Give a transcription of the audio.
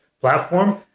platform